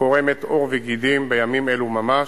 קורמת עור וגידים בימים אלו ממש.